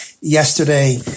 yesterday